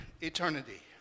eternity